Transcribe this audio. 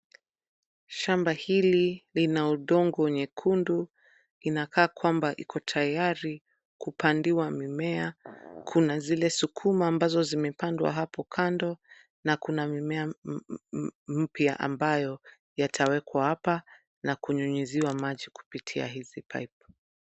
Shamba hili ina udongo nyekundu. Inakaa kwamba iko tayari kupandiwa mimea, kuna zile sukuma ambazo zimepandwa hapo kando na kuna mimea mpya ambayo yatawekwa hapa na kunyunyiziwa maji kupitia hizi pipe .